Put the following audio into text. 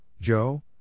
Joe